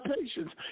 patience